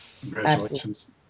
Congratulations